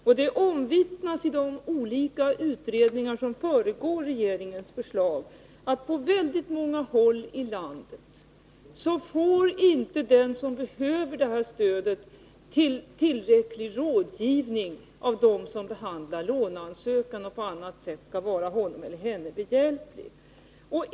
Det är omvittnat i de olika utredningar som har föregått regeringens förslag att på många håll i landet får inte de som behöver stödet tillräcklig rådgivning av dem som behandlar låneansökan och på annat sätt skall vara till hjälp.